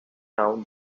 sounds